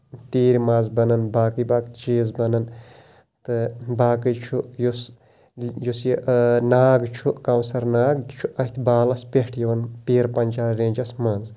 تیٖر ماز بَنان باقٕے باقٕے چیٖز بَنان تہٕ باقٕے چھُ یُس یُس یہِ ناگ چھُ کونسر ناگ یہِ چھُ أتھۍ بالَس پٮ۪ٹھ یِوان پیٖر پَنچال رینجَس منٛز